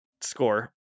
score